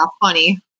funny